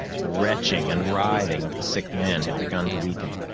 the retching and writhing of the sick man had begun to weaken,